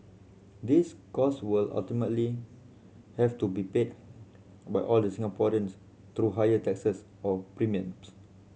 these costs will ultimately have to be paid by all the Singaporeans through higher taxes or premiums